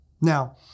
Now